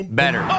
better